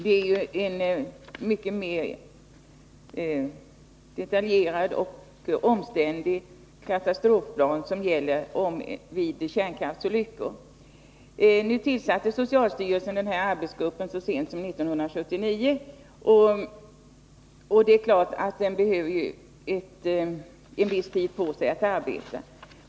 Det krävs en mycket mer detaljerad och omständlig katastrofplan vid kärnkraftsolyckor. Socialstyrelsen tillsatte denna arbetsgrupp så sent som 1979, och det är klart att den behöver en viss tid på sig att arbeta.